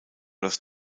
das